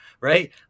right